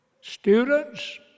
students